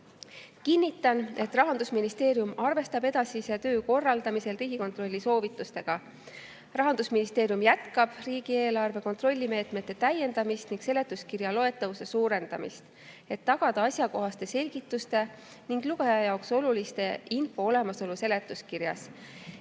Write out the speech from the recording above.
Kinnitan, et Rahandusministeerium arvestab edasise töö korraldamisel Riigikontrolli soovitustega. Rahandusministeerium jätkab riigieelarve kontrollimeetmete täiendamist ning seletuskirja loetavuse [parandamist], et tagada asjakohaste selgituste ning lugeja jaoks olulise info olemasolu seletuskirjas.